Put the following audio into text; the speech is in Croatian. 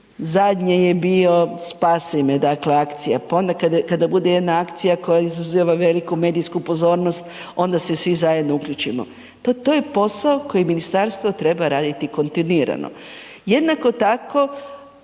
zadnje je bio Spasi me, dakle akcija, ponekad kada bude jedna akcija koja izaziva veliku medijsku pozornost, onda se svi zajedno uključimo. To je posao koje ministarstvo treba raditi kontinuirano. Jednako tako